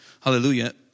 hallelujah